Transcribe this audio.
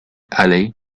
halley